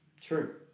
True